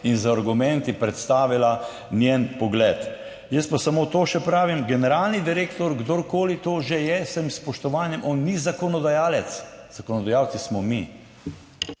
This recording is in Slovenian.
in z argumenti predstavila njen pogled. Jaz pa samo to še pravim, generalni direktor, kdorkoli to že je, z vsem spoštovanjem, on ni zakonodajalec, zakonodajalci smo mi.